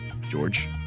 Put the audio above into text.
George